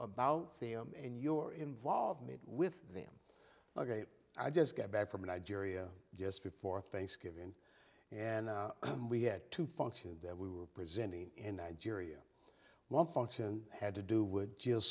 about them and your involvement with them i just got back from nigeria just before thanksgiving and we had two functions that we were presenting in nigeria one function had to do with